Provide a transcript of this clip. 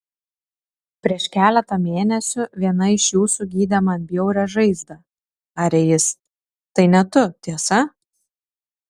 prieš keletą mėnesių viena iš jūsų gydė man bjaurią žaizdą tarė jis tai ne tu tiesa